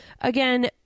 Again